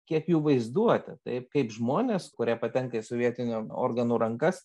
kiek jų vaizduotę taip kaip žmonės kurie patenka į sovietinių organų rankas